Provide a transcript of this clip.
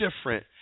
different